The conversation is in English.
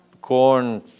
corn